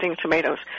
tomatoes